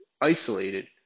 isolated